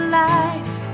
life